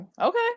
Okay